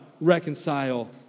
reconcile